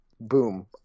boom